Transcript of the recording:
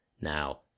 Now